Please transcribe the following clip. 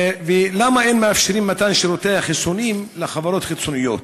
3. למה אין מאפשרים מתן שירותי החיסונים לחברות חיצוניות?